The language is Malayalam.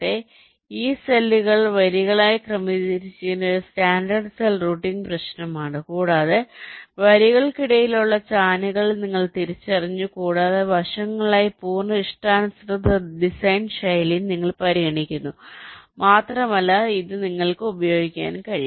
അതിനാൽ ഈ സെല്ലുകൾ വരികളായി ക്രമീകരിച്ചിരിക്കുന്ന ഒരു സ്റ്റാൻഡേർഡ് സെൽ റൂട്ടിംഗ് പ്രശ്നമാണ് കൂടാതെ വരികൾക്കിടയിലുള്ള ചാനലുകൾ നിങ്ങൾ തിരിച്ചറിഞ്ഞു കൂടാതെ വശങ്ങളിലായി പൂർണ്ണ ഇഷ്ടാനുസൃത ഡിസൈൻ ശൈലിയും നിങ്ങൾ പരിഗണിക്കുന്നു മാത്രമല്ല നിങ്ങൾക്ക് ഇത് ഉപയോഗിക്കാനും കഴിയും